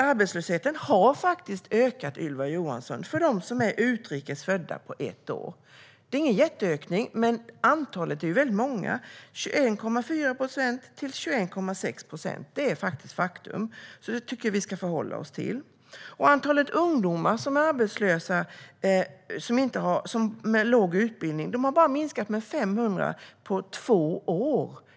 Arbetslösheten har faktiskt ökat på ett år, Ylva Johansson, bland dem som är utrikes födda. Det är ingen jätteökning i procent, men antalet är stort. Den har ökat från 21,4 procent till 21,6 procent. Det är ett faktum, så det tycker jag att vi ska förhålla oss till. Antalet arbetslösa ungdomar med låg utbildning har bara minskat med 500 på två år.